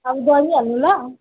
अब गरिहाल्नु ल